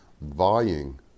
vying